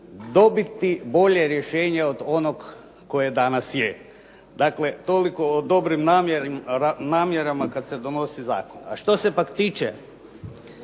dobiti bolje rješenje od onog koje danas je. Dakle, toliko o dobrim namjerama kad se donosi zakon. A što se pak tiče